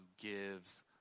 gives